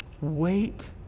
Wait